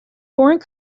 foreign